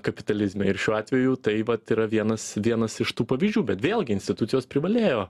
kapitalizme ir šiuo atveju taip vat yra vienas vienas iš tų pavyzdžių bet vėlgi institucijos privalėjo